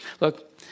Look